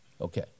Okay